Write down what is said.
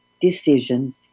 decision